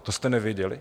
To jste nevěděli?